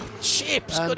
Chips